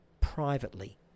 privately